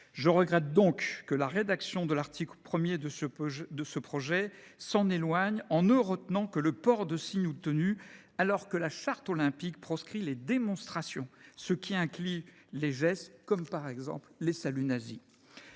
Je regrette donc que la rédaction de l’article 1 du présent texte ne s’en éloigne, en ne retenant que « le port de signes ou de tenues », alors que la Charte olympique proscrit les « démonstrations », ce qui inclut les gestes, par exemple les saluts nazis.